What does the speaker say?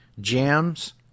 jams